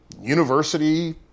university